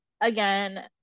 again